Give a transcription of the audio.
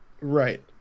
Right